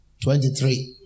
twenty-three